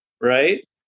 right